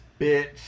Bitch